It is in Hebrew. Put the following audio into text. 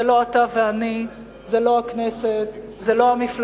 זה לא אתה ואני, זה לא הכנסת, זה לא המפלגות,